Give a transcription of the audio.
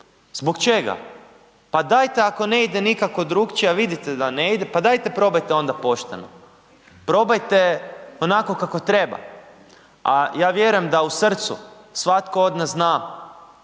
Zbog čega? Pa dajte ako ne ide nikako drukčije a vidite da ne ide, pa dajte probajte onda pošteno, probajte onako kako treba. A ja vjerujem da u srcu svatko od nas zna